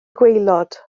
gwaelod